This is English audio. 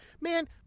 Man